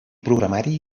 programari